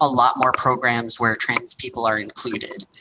a lot more programs where trans people are included?